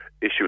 issue